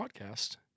podcast